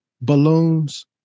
balloons